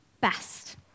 best